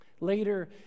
Later